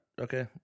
okay